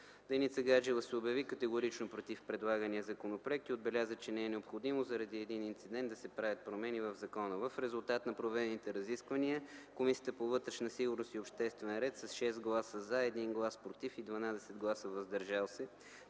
Деница Гаджева се обяви категорично против предлагания законопроект и отбеляза, че не е необходимо заради един инцидент да се правят промени в закона. В резултат на проведените разисквания Комисията по вътрешна сигурност и обществен ред с 6 гласа „за”, 1 глас „против” и 12 гласа „въздържали се”,